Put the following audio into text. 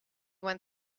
went